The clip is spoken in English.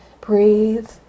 Breathe